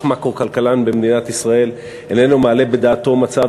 אף מקרו-כלכלן במדינת ישראל איננו מעלה בדעתו מצב